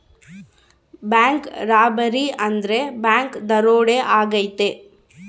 bank robbery ಅಂದ್ರೆ bank ದರೋಡೆ ಆಗೈತೆ